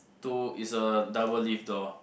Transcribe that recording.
two is a double lift door